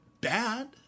bad